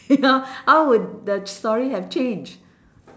how would the ch~ story have changed